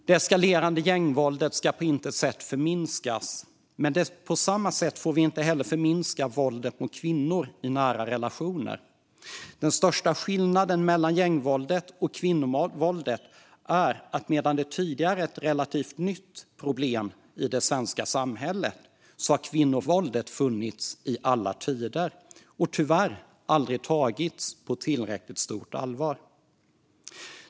Det eskalerande gängvåldet ska på intet sätt förminskas, men vi får inte heller förminska våldet mot kvinnor i nära relationer. Den största skillnaden mellan gängvåldet och kvinnovåldet är att medan det tidigare är ett relativt nytt problem i det svenska samhället har kvinnovåldet funnits i alla tider och tyvärr aldrig tagits på tillräckligt stort allvar.